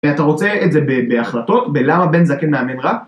אתה רוצה את זה בהחלטות בלמה בן זקן מאמן רע?